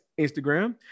Instagram